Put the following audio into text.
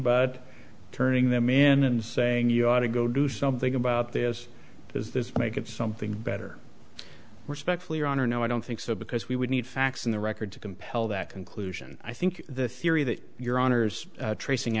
but turning them in and saying you ought to go do something about this does this make it something better respectfully or no i don't think so because we would need facts on the record to compel that conclusion i think the theory that your honour's tracing